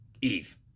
Eve